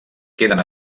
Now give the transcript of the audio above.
queden